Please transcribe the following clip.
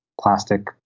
plastic